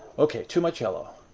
okay, too much yellow.